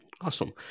Awesome